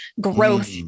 growth